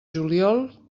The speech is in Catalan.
juliol